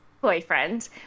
boyfriend